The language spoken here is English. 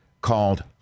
called